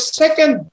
second